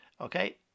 Okay